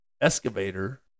excavator